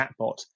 chatbot